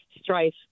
strife